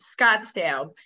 Scottsdale